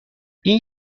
این